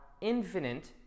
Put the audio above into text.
infinite